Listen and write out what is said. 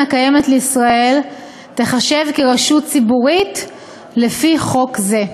הקיימת לישראל תיחשב כרשות ציבורית לפי חוק זה.